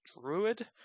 druid